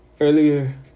earlier